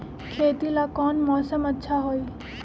खेती ला कौन मौसम अच्छा होई?